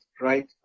right